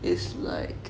is like